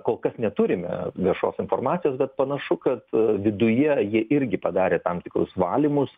kol kas neturime viešos informacijos bet panašu kad viduje jie irgi padarė tam tikrus valymus